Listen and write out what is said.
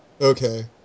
Okay